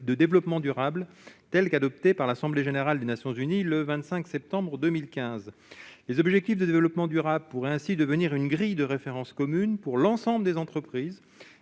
de développement durable, telle qu'adoptée par l'Assemblée générale des Nations-Unies, le 25 septembre 2015, les objectifs de développement durable, pourrait ainsi devenir une grille de référence commune pour l'ensemble des entreprises